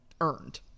earned